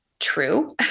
true